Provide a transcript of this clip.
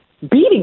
beating